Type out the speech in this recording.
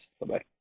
Bye-bye